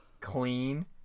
clean